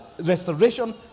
restoration